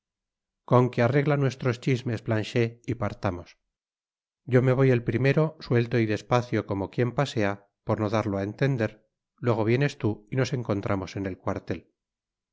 con que arregla nuestros chismes planchet y partamos yo me voy el primero suelto y despacio como quien pasea por no darlo á entender luego vienes tú y nos encontramos en el cuartel